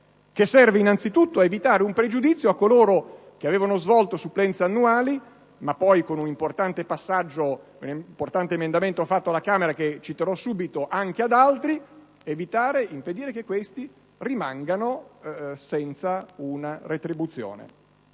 che serve anzitutto ad evitare un pregiudizio a coloro che avevano svolto supplenze annuali e poi, grazie ad un importante emendamento approvato alla Camera che citerò subito, anche ad altri precari, impedendo che rimangano senza una retribuzione